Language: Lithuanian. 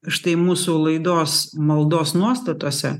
štai mūsų laidos maldos nuostatose